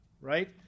right